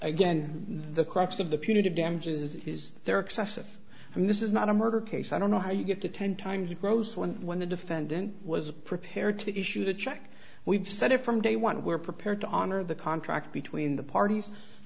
again the crux of the punitive damages is there excessive i mean this is not a murder case i don't know how you get to ten times gross when when the defendant was prepared to issue the check we've said it from day one we're prepared to honor the contract between the parties